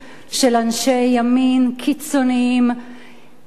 של אנשי ימין קיצונים בשטחים.